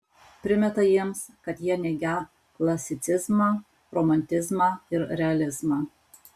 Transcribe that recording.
primeta jiems kad jie neigią klasicizmą romantizmą ir realizmą